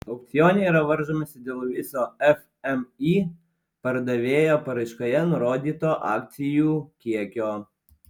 aukcione yra varžomasi dėl viso fmį pardavėjo paraiškoje nurodyto akcijų kiekio